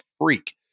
freak